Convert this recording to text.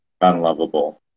unlovable